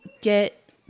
get